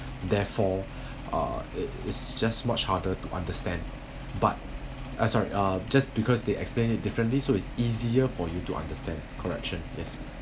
therefore uh it it's just much harder to understand but sorry just because they explain it differently so it's easier for you to understand correction yes